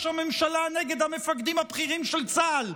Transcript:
הממשלה נגד המפקדים הבכירים של צה"ל,